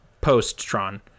Post-Tron